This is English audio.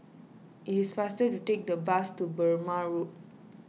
it is faster to take the bus to Burmah Road